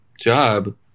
job